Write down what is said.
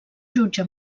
jutge